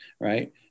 Right